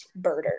birders